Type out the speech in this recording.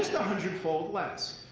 just a hundred fold less.